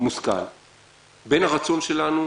מושכל בין הרצון שלנו,